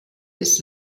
ist